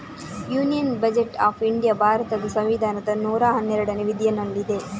union budget of India ಭಾರತದ ಸಂವಿಧಾನದ ನೂರಾ ಹನ್ನೆರಡನೇ ವಿಧಿನಲ್ಲಿದೆ